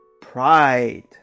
pride